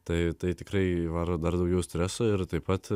tai tai tikrai įvaro dar daugiau streso ir taip pat